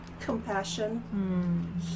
compassion